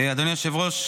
אדוני היושב-ראש,